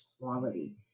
quality